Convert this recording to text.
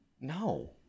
No